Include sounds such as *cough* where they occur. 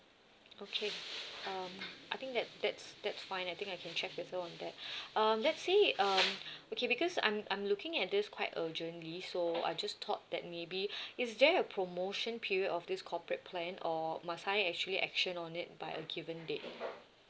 okay um I think that that's that's fine I think I can check with her on that *breath* um let's say um okay because I'm I'm looking at this quite urgently so I just thought that maybe is there a promotion period of this corporate plan or must I actually action on it by a given date